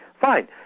fine